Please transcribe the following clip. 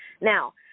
Now